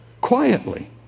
quietly